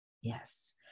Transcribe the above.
Yes